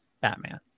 Batman